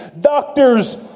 Doctors